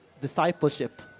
discipleship